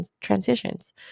transitions